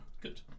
Good